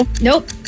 Nope